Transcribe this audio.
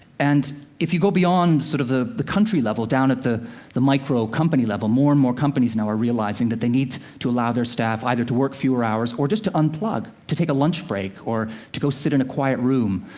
and if you go beyond sort of the the country level, down at the the micro-company level, more and more companies now are realizing that they need to allow their staff either to work fewer hours or just to unplug to take a lunch break, or to go sit in a quiet room,